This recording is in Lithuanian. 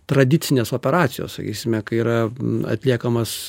tradicinės operacijos sakysime kai yra atliekamas